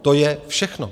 To je všechno.